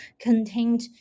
contained